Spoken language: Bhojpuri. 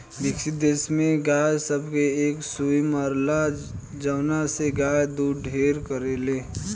विकसित देश में गाय सब के एक सुई मारेला जवना से गाय दूध ढेर करले